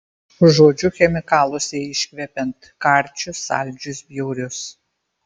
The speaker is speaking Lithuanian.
užuodžiu chemikalus jai iškvepiant karčius saldžius bjaurius